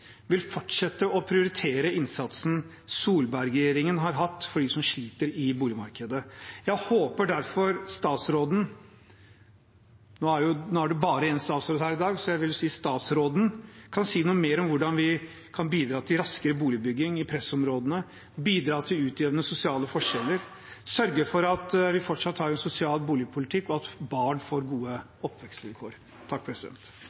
vil fortsette å prioritere innsatsen Solberg-regjeringen har hatt for dem som sliter i boligmarkedet. Jeg håper derfor statsråden – nå er det bare én statsråd her i dag, så jeg vil si «statsråden» – kan si noe mer om hvordan vi kan bidra til raskere boligbygging i pressområdene, bidra til å utjevne sosiale forskjeller, sørge for at vi fortsatt har en sosial boligpolitikk, og for at barn får gode